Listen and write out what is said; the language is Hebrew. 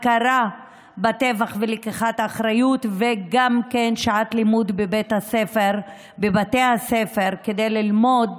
הכרה בטבח ולקיחת אחריות וגם שעת לימוד בבתי הספר כדי ללמוד